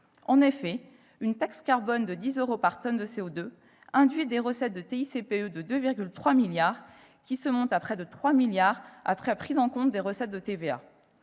En effet, une taxe carbone de 10 euros par tonne de CO2 induit des recettes de TICPE de 2,3 milliards d'euros, qui se montent à près de 3 milliards d'euros en tenant compte des recettes de TVA.